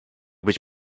być